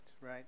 right